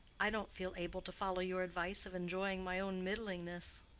i don't feel able to follow your advice of enjoying my own middlingness.